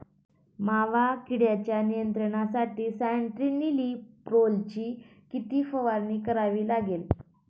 मावा किडीच्या नियंत्रणासाठी स्यान्ट्रेनिलीप्रोलची किती फवारणी करावी लागेल?